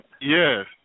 yes